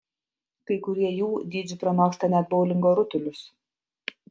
kai kurie jų dydžiu pranoksta net boulingo rutulius